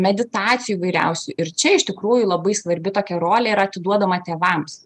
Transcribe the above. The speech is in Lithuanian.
meditacijų įvairiausių ir čia iš tikrųjų labai svarbi tokia rolė yra atiduodama tėvams